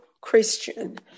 Christian